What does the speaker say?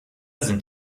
sind